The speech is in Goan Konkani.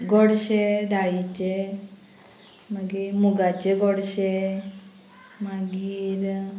गोडशें दाळीचें मागीर मुगाचे गोडशें मागीर